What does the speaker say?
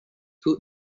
two